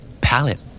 Palette